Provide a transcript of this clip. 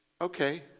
okay